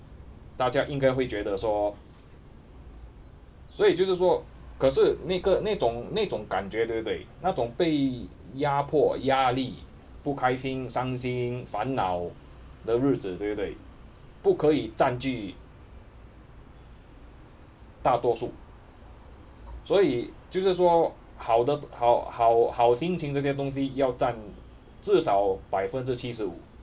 大家应该会觉得说所以就是说可是那个那种那种感觉对不对那种被压迫压力不开心伤心烦恼的日子对不对不可以占据大多数所以就是说好的好好好心情这些东西要占至少百分之七十五